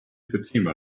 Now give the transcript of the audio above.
fatima